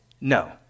No